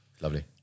Lovely